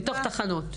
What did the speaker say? בתוך תחנות.